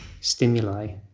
stimuli